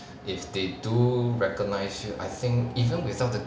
if they do recognise you I think even without the